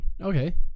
Okay